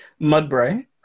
Mudbray